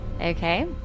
Okay